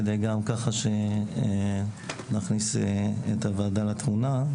כדי גם ככה שנכניס את הוועדה לתמונה.